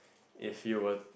if you were